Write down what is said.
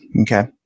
okay